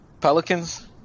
Pelicans